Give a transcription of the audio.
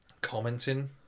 commenting